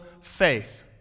faith